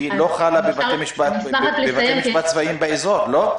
לא חלה בבתי משפט צבאיים באזור, לא?